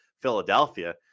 Philadelphia